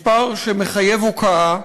מספר שמחייב הוקעה,